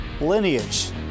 lineage